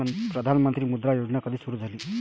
प्रधानमंत्री मुद्रा योजना कधी सुरू झाली?